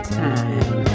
time